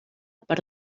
per